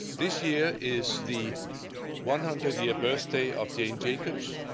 this year is the one hundred year birthday of jane jacobs.